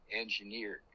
engineered